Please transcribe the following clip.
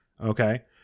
okay